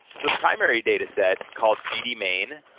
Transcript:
the primary data, set called gd main,